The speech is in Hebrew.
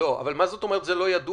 מה זאת אומרת זה לא ידוע?